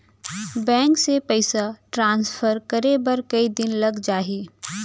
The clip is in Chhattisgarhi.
बैंक से पइसा ट्रांसफर करे बर कई दिन लग जाही?